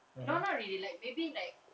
no not really like maybe like